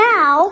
Now